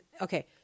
Okay